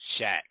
Shaq